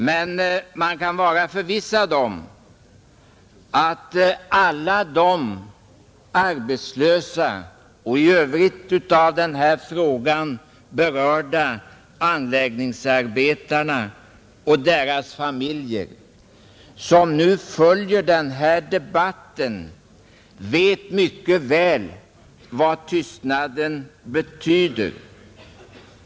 Men man kan vara förvissad om att alla de arbetslösa och i övrigt av denna fråga berörda anläggningsarbetarna och deras familjer, som nu följer den här debatten, mycket väl vet vad tystnaden betyder.